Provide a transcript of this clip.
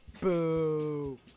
Boo